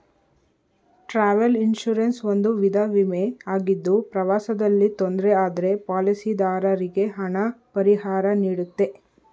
travel insurance ಒಂದು ವಿಧ ವಿಮೆ ಆಗಿದ್ದು ಪ್ರವಾಸದಲ್ಲಿ ತೊಂದ್ರೆ ಆದ್ರೆ ಪಾಲಿಸಿದಾರರಿಗೆ ಹಣ ಪರಿಹಾರನೀಡುತ್ತೆ